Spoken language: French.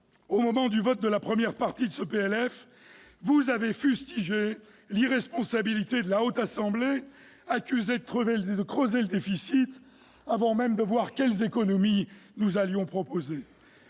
au moment du vote de la première partie de ce projet de loi de finances, vous avez fustigé l'irresponsabilité de la Haute Assemblée, accusée de creuser le déficit, avant même de voir quelles économies nous allions proposer.